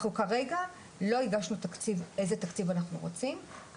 אנחנו כרגע לא הגשנו איזה תקציב אנחנו רוצים,